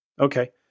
Okay